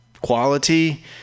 quality